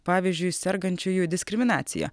pavyzdžiui sergančiųjų diskriminaciją